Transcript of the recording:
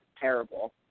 terrible